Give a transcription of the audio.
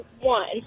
one